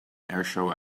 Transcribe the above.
airshow